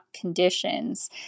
conditions